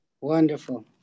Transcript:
Wonderful